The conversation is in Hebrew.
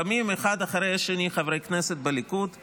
קמים אחד אחרי השני חברי כנסת בליכוד ואומרים: